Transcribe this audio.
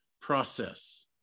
process